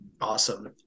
awesome